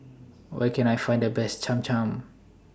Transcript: Where Can I Find The Best Cham Cham